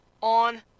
on